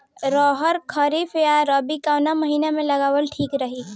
अरहर खरीफ या रबी कवने महीना में लगावल ठीक रही?